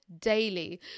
daily